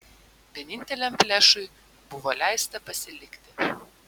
vieninteliam flešui buvo leista pasilikti